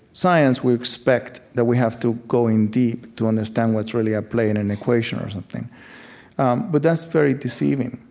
science we expect that we have to go in deep to understand what's really at play in an equation or something um but that's very deceiving.